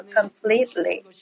completely